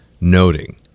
noting